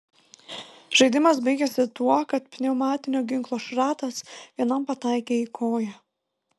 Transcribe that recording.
žaidimas baigėsi tuo kad pneumatinio ginklo šratas vienam pataikė į koją